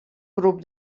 grup